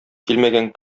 килмәгән